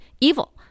evil